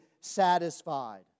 satisfied